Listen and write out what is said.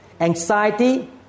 anxiety